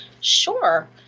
sure